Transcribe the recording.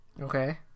Okay